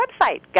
website